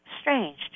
strange